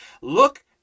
look